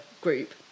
group